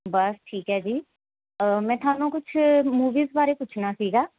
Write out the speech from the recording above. ਬਸ ਠੀਕ ਹੈ ਜੀ ਮੈਂ ਤੁਹਾਨੂੰ ਕੁਛ ਮੂਵੀਜ਼ ਬਾਰੇ ਪੁੱਛਣਾ ਸੀਗਾ